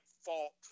fault